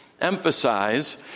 emphasize